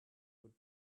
would